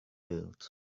built